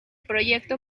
proyecto